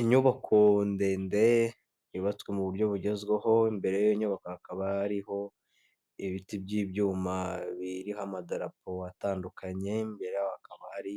Inyubako ndende yubatswe mu buryo bugezweho imbere yiyo nyubako hakaba hariho ibiti by'ibyuma biriho amadrapo atandukanye imbere yaho hakaba hari